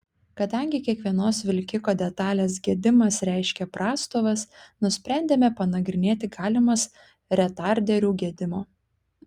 kadangi kiekvienos vilkiko detalės gedimas reiškia prastovas nusprendėme panagrinėti galimas retarderių gedimo